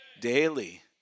Daily